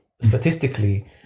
statistically